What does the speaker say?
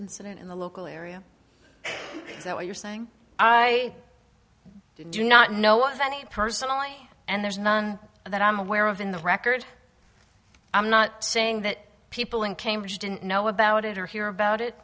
incident in the local area is that what you're saying i do not know of any personally and there's none that i'm aware of in the record i'm not saying that people in cambridge didn't know about it or hear about it